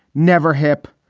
never hip,